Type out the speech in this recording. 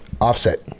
Offset